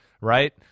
right